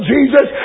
Jesus